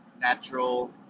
natural